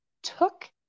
Took